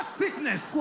sickness